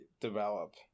develop